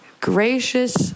gracious